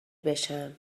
بشم